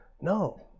No